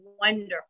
wonderful